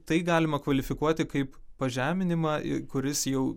tai galima kvalifikuoti kaip pažeminimą ir kuris jau